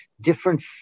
different